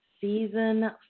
season